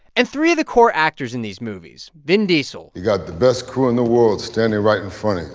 and three of the core actors in these movies, vin diesel. you've got the best crew in the world standing right in front and